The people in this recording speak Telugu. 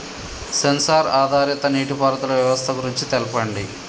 సెన్సార్ ఆధారిత నీటిపారుదల వ్యవస్థ గురించి తెల్పండి?